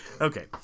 Okay